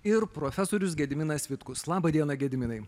ir profesorius gediminas vitkus laba diena gediminai